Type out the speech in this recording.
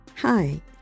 Hi